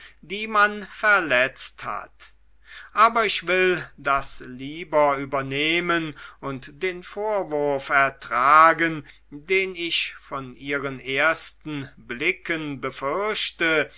die man verletzt hat aber ich will das lieber übernehmen und den vorwurf ertragen den ich von ihren ersten blicken